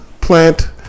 plant